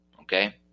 Okay